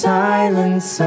silence